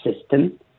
system